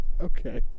Okay